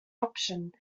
option